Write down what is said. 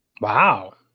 Wow